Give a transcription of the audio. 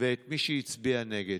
ואת מי שהצביע נגד.